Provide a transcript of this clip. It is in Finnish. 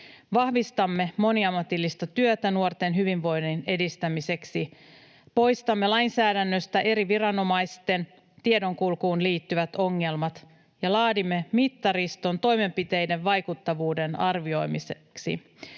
Vahvistamme moniammatillista työtä nuorten hyvinvoinnin edistämiseksi. Poistamme lainsäädännöstä eri viranomaisten tiedonkulkuun liittyvät ongelmat ja laadimme mittariston toimenpiteiden vaikuttavuuden arvioimiseksi.